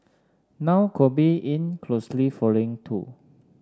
now Kobe in closely following too